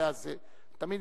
הפוך ממה שהיה בשבוע שעבר.